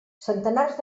centenars